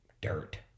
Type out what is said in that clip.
dirt